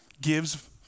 gives